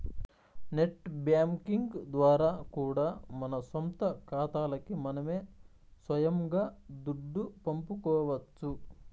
net banking ద్వారా కూడా మన సొంత కాతాలకి మనమే సొయంగా దుడ్డు పంపుకోవచ్చు